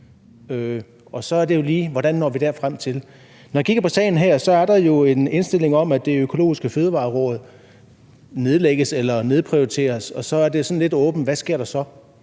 Så er det jo lige, hvordan vi når frem til det. Når jeg kigger på sagen her, er der jo en indstilling om, at Det Økologiske Fødevareråd nedlægges eller nedprioriteres, og så er det sådan lidt åbent, hvad der så